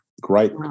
great